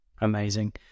Amazing